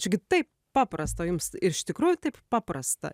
čiagi taip paprasta o jums iš tikrųjų taip paprasta